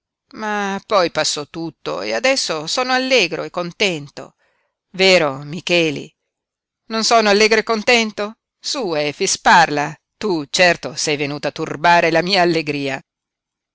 ma poi passò tutto e adesso sono allegro e contento vero micheli non sono allegro e contento su efix parla tu certo sei venuto a turbare la mia allegria